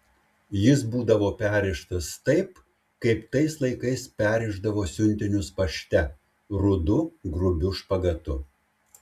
jis būdavo perrištas taip kaip tais laikais perrišdavo siuntinius pašte rudu grubiu špagatu